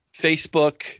facebook